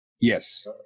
Yes